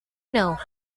know